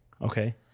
Okay